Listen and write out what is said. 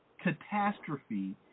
catastrophe